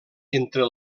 entre